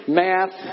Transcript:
math